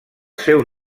seu